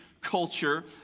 culture